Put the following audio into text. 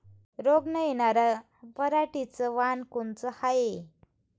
रोग न येनार पराटीचं वान कोनतं हाये?